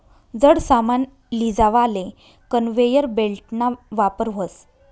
जड सामान लीजावाले कन्वेयर बेल्टना वापर व्हस